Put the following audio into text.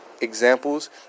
Examples